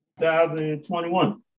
2021